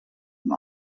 dem